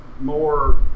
more